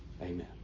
Amen